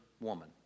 woman